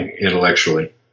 intellectually